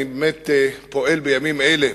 אני פועל בימים אלה,